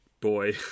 boy